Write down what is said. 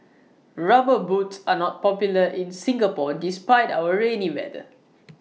rubber boots are not popular in Singapore despite our rainy weather